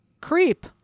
creep